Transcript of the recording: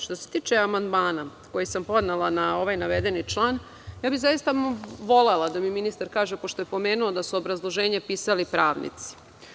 Što se tiče amandmana koji sam podnela na ovaj navedeni član, zaista bi volela da mi ministar kaže, pošto je pomenuo da su obrazloženje pisali pravnici.